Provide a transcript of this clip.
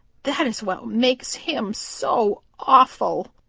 that is what makes him so awful.